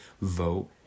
vote